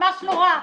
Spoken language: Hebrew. ממש נורא.